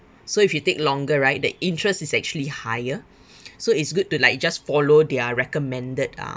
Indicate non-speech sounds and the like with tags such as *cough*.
so if you take longer right that interest is actually higher *breath* so it's good to like just follow their recommended ah